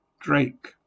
Drake